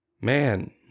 Man